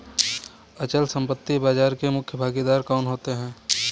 अचल संपत्ति बाजार के मुख्य भागीदार कौन होते हैं?